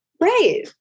Right